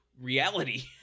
reality